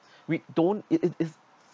we don't it it if